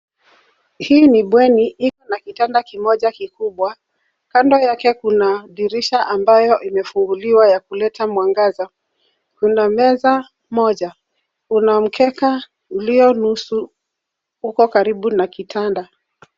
Hii ni bweni i na kitanda kimoja kikubwa. Kando yake kuna dirisha ambayo imefunguliwa ya kuleta mwangaza. Una meza moja. Una mkeka ulio nusu huko karibu na kitanda.